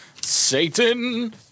Satan